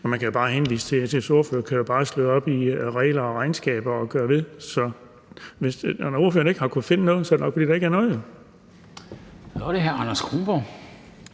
ordfører bare kan slå op i regler og regnskaber og gøre ved, men når ordføreren ikke har kunnet finde noget, er det nok, fordi der ikke er noget.